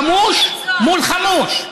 חמוש מול חמוש.